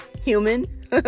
human